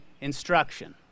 instruction